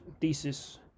thesis